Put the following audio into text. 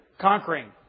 conquering